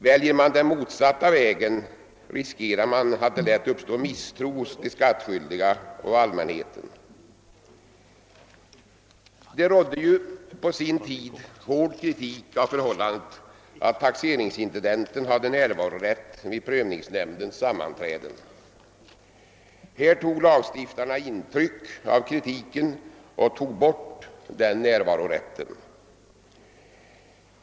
Väljer man den motsatta vägen, riskerar man att det lätt uppstår misstro hos de skattskyldiga och hos allmänheten. Det riktades på sin tid hård kritik mot förhållandet att taxeringsintendenten hade närvarorätt vid prövningsnämndens sammanträden. Här tog lagstiftarna intryck av kritiken och tog bort närvarorätten.